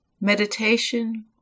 meditation